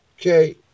okay